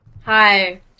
Hi